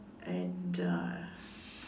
and a